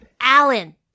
Alan